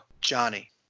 Johnny